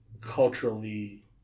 culturally